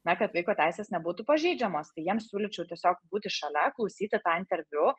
na kad vaiko teisės nebūtų pažeidžiamos tai jiems siūlyčiau tiesiog būti šalia klausyti tą interviu